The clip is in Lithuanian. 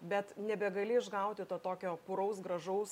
bet nebegali išgauti to tokio puraus gražaus